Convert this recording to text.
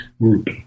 group